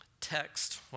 text